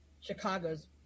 chicago's